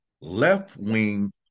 left-wing